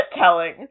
telling